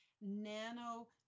nano